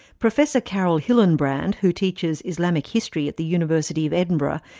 professor carole hillenbrand, who teaches islamic history at the university of edinburgh,